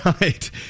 right